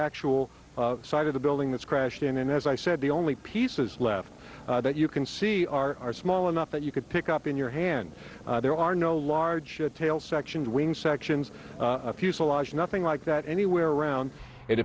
actual site of the building that's crashed in and as i said the only pieces left that you can see are small enough that you could pick up in your hand there are no large tail section wing sections fuselage nothing like that anywhere around it